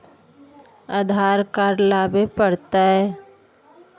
आधार card लाबे पड़तै?